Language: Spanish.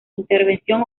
intervención